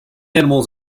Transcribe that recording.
animals